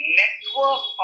network